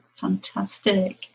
fantastic